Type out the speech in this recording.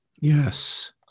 Yes